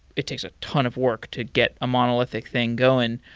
it takes a ton of work to get a monolithic thing going.